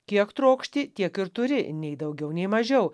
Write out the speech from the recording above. kiek trokšti tiek ir turi nei daugiau nei mažiau